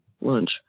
lunch